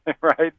Right